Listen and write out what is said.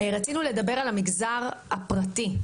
רצינו לדבר על המגזר הפרטי.